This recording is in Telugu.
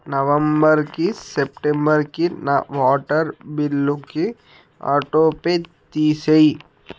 నవంబర్కి సెప్టెంబర్కి నా వాటర్ బిల్లుకి ఆటో పే తీసేయి